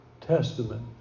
testament